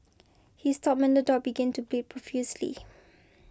he stopped when the dog began to bleed profusely